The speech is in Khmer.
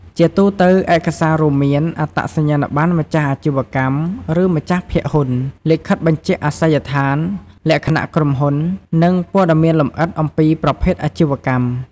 ជាទូទៅ ឯកសាររួមមាន អត្តសញ្ញាណប័ណ្ណម្ចាស់អាជីវកម្ម ឬម្ចាស់ភាគហ៊ុន លិខិតបញ្ជាក់អាសយដ្ឋាន លក្ខណៈក្រុមហ៊ុន និង ព័ត៌មានលម្អិតអំពីប្រភេទអាជីវកម្ម។